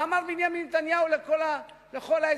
מה אמר בנימין נתניהו לכל האזרחים?